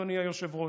אדוני היושב-ראש.